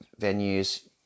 venues